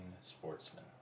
sportsman